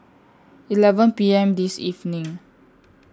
eleven P M This evening